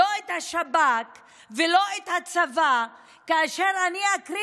לא את השב"כ ולא את הצבא כאשר אני אקריא